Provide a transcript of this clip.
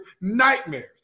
nightmares